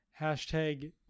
hashtag